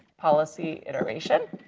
policy iteration,